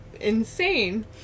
insane